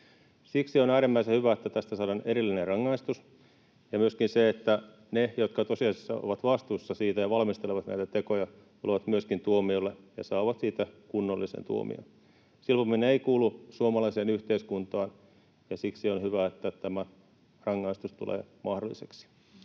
Siksi on äärimmäisen hyvä, että tästä saadaan erillinen rangaistus, ja myöskin, että ne, jotka tosiasiassa ovat vastuussa näistä ja valmistelevat näitä tekoja, myöskin tulevat tuomiolle ja saavat niistä kunnollisen tuomion. Silpominen ei kuulu suomalaiseen yhteiskuntaan, ja siksi on hyvä, että tämä rangaistus tulee mahdolliseksi.